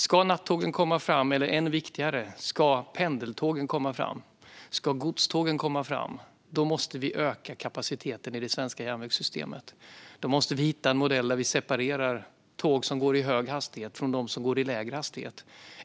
Ska nattågen komma fram, eller än viktigare, ska pendeltågen och godstågen komma fram, måste vi öka kapaciteten i det svenska järnvägssystemet. Då måste vi hitta en modell där vi separerar tåg som går i hög hastighet från dem som går i lägre hastighet.